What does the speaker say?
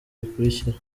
bikurikira